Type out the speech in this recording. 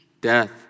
death